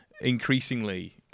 increasingly